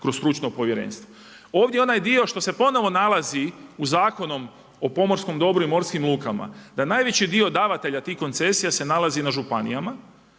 kroz stručno povjerenstvo. Ovdje onaj dio što se ponovno nalazi u Zakonu o pomorskom dobru i morskim lukama, da najveći dio davatelja tih koncesija se nalazi na županijama,